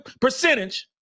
percentage